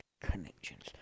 connections